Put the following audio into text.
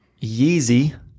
Yeezy